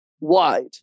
wide